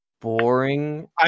boring